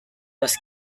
was